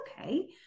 okay